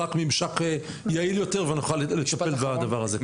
רק ממשק יעיל יותר ונוכל לטפל בדבר הזה.